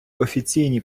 офіційні